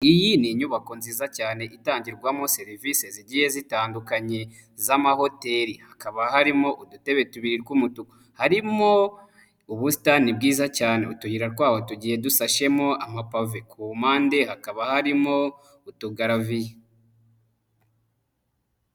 Iyi ni inyubako nziza cyane itangirwamo serivisi zigiye zitandukanye z'amahoteli, hakaba harimo udutebe tubiri tw'umutuku, harimwo ubuta ni bwiza cyane, utuyira twawo tugiye dusashemo amapave, ku mpande hakaba harimo utugaraviye.